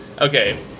Okay